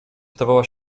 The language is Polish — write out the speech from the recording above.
stawała